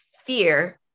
fear